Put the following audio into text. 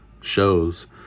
shows